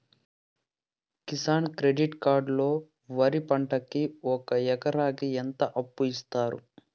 Kisan credit card లో వరి పంటకి ఒక ఎకరాకి ఎంత అప్పు ఇస్తారు?